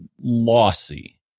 lossy